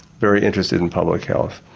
very interested in public health.